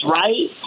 right